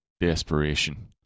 desperation